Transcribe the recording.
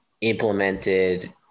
implemented